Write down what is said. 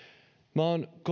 minä olen